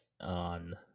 on